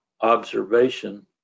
observation